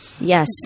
Yes